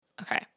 Okay